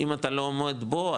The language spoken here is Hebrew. אם אתה לא עומד בו,